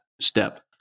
step